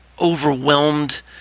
overwhelmed